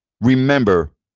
remember